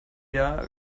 jahr